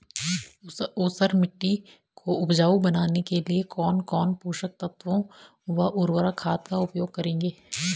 ऊसर मिट्टी को उपजाऊ बनाने के लिए कौन कौन पोषक तत्वों व उर्वरक खाद का उपयोग करेंगे?